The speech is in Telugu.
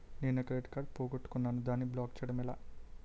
నేను నా క్రెడిట్ కార్డ్ పోగొట్టుకున్నాను దానిని బ్లాక్ చేయడం ఎలా?